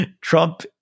Trump